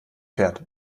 fährt